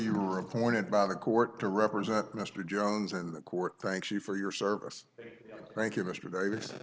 you were appointed by the court to represent mr jones in the court thank you for your service thank you mr